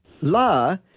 La